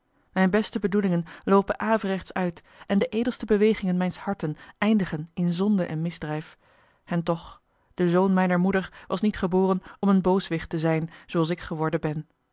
mijne beste bedoelingen loopen averechts uit en de edelste bewegingen mijns harten eindigen in zonde en misdrijf en toch de zoon mijner moeder was niet geboren om een booswicht te zijn zooals ik geworden ben